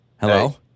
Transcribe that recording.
Hello